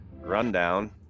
rundown